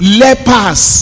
lepers